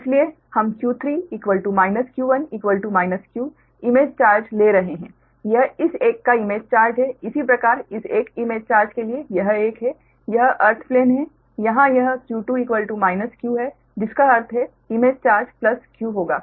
इसलिए हम q3 q1 q image charge ले रहे हैं यह इस एक का इमेज चार्ज है इसी प्रकार इस एक इमेज चार्ज के लिए यह एक है यह अर्थ प्लेन है यहाँ यह q2 q है जिसका अर्थ है इमेज चार्ज प्लस q होगा